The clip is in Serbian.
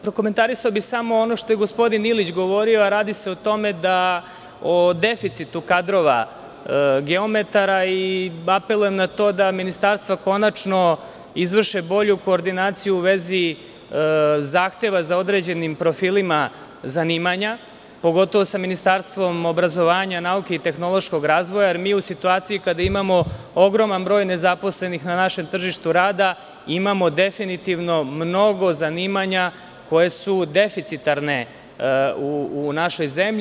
Prokomentarisao bih samo ono što je gospodin Ilić govorio, a radi se o deficitu kadrova geometara i apelujem na to da Ministarstvo konačno izvrši bolju koordinaciju u vezi zahteva za određenim profilima zanimanja, pogotovo sa Ministarstvom obrazovanja, nauke i tehnološkog razvoja, jer mi, u situaciji kada imamo ogroman broj nezaposlenih na našem tržištu rada, imamo definitivno mnogo zanimanja koja su deficitarna u našoj zemlji.